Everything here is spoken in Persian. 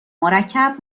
مرکب